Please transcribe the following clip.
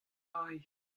aze